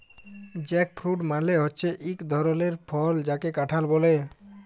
jackfruit মালে হচ্যে এক ধরলের ফল যাকে কাঁঠাল ব্যলে